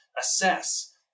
assess